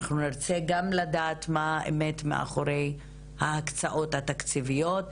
נרצה לדעת גם מה האמת מאחורי ההקצאות התקציביות.